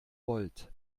wollt